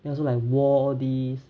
and also like war these